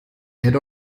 add